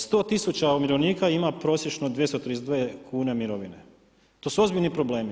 100 tisuća umirovljenika ima prosječno 232 kune mirovine, to su ozbiljni problemi.